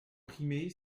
primer